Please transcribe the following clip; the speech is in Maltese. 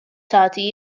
tagħti